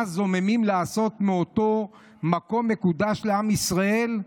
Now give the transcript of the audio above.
מה זוממים לעשות מאותו מקום מקודש לעם ישראל.